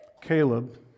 Caleb